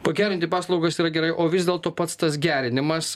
pagerinti paslaugas yra gerai o vis dėlto pats tas gerinimas